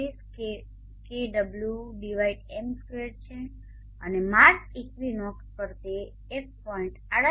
36 kWm2 છે અને March equinox પર તે 1